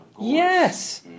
yes